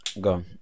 Go